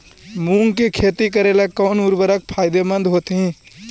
मुंग के खेती करेला कौन उर्वरक फायदेमंद होतइ?